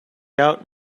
out